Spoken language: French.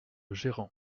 gérant